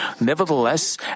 Nevertheless